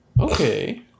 Okay